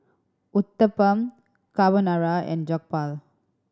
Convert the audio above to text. Uthapam Carbonara and Jokbal